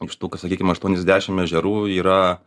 iš tų kad sakykim aštuoniasdešim ežerų yra